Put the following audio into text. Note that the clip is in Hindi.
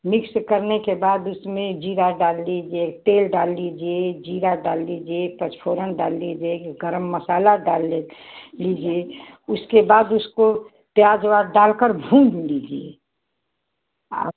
मिक्स करने के बाद उसमें ज़ीरा डाल दीजिए तेल डाल दीजिए ज़ीरा डाल दीजिए पंच फोरान डाल दीजिए गर्म मसाला डाल लें लीजिए उसके बाद उसको प्याज़ उआज़ डालकर भूँज दीजिए आप